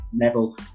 level